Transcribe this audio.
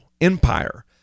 empire